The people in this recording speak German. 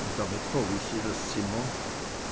und damit verließ sie das zimmer